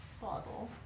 bottle